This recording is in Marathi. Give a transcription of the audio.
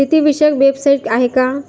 शेतीविषयक वेबसाइट आहे का?